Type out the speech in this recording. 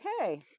Okay